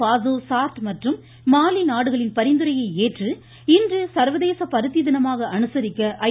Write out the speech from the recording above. Faso Chad மற்றும் Mali நாடுகளின் பரிந்துரையை ஏற்று இன்று சர்வதேச பருத்தி தினமாக அனுசரிக்க ஐ